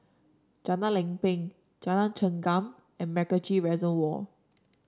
Jalan Lempeng Jalan Chengam and MacRitchie Reservoir